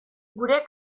gure